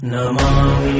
Namami